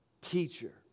Teacher